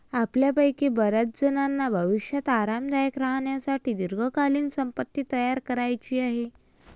आपल्यापैकी बर्याचजणांना भविष्यात आरामदायक राहण्यासाठी दीर्घकालीन संपत्ती तयार करायची आहे